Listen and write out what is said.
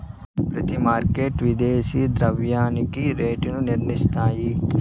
ప్రతి మార్కెట్ విదేశీ ద్రవ్యానికి రేటు నిర్ణయిస్తాయి